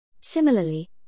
Similarly